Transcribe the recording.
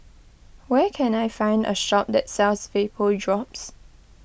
where can I find a shop that sells Vapodrops